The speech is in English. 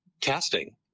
casting